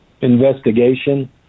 investigation